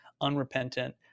unrepentant